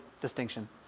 distinction